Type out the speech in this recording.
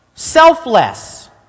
Selfless